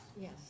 Yes